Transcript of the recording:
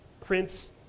Prince